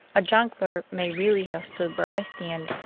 a jongleur may really have stood where i stand,